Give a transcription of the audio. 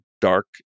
dark